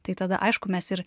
tai tada aišku mes ir